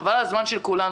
חבל על הזמן של כולנו.